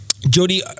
Jody